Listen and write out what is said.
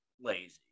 lazy